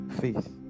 faith